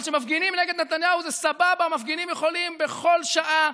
אבל כשמפגינים נגד נתניהו זה סבבה: המפגינים יכולים בכל שעה,